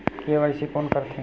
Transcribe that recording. KYC कोन करथे?